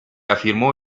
afirmó